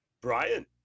Brian